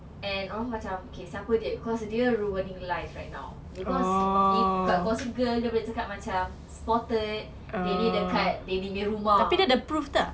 and dia orang macam siapa dia cause dia ruining life right now because in dekat gossip girl dia boleh cakap macam spotted dia punya card dia punya rumah